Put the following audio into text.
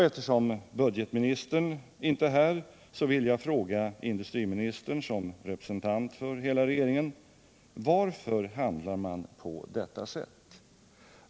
Eftersom budgetministern inte är här, vill jag fråga industriministern som representant för hela regeringen: Varför handlar man på detta sätt?